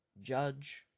judge